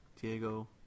Diego